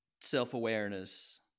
self-awareness